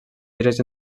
gires